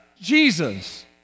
Jesus